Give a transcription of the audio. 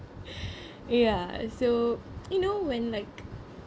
ya so you know when like